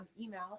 email